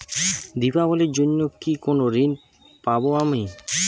দীপাবলির জন্য কি কোনো ঋণ পাবো আমি?